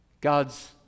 God's